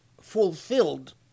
fulfilled